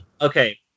Okay